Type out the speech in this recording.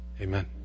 Amen